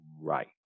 right